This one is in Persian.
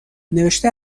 نوشته